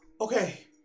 okay